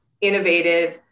innovative